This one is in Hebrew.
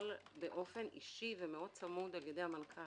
באופן אישי ומאוד צמוד על-ידי המנכ"ל.